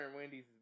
Wendy's